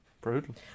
brutal